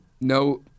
no